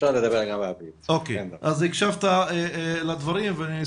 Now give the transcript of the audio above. שאפילו העירייה לא יודעת את שמם ואיפה